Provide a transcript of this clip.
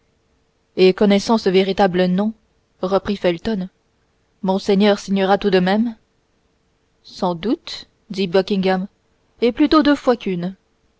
et connaissant ce véritable nom reprit felton monseigneur signera tout de même sans doute dit buckingham et plutôt deux fois qu'une